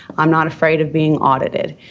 i'm not afraid of being audited.